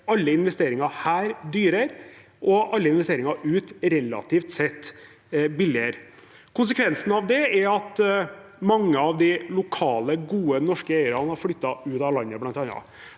alle investeringer her dyrere, og alle investeringer ute relativt sett billigere. Konsekvensen av det er bl.a. at mange av de lokale gode norske eierne har flyttet ut av landet. Statsråd